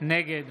נגד